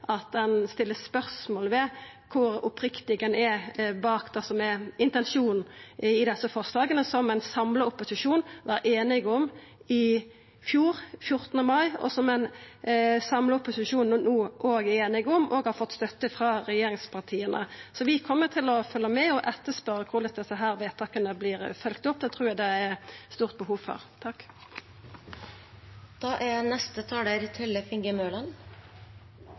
spørsmål ved kor oppriktig ein står bak intensjonen i desse forslaga, som ein samla opposisjon var einige om i fjor, 14. mai, som ein samla opposisjon no òg er einige om, og som har fått støtte frå regjeringspartia. Vi kjem til å følgja med og etterspørja korleis desse vedtaka vert følgde opp. Det trur eg det er stort behov for. Det er